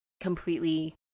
completely